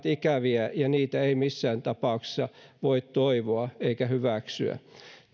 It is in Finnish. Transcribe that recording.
ikävä ja ja niitä ei missään tapauksessa voi toivoa eikä hyväksyä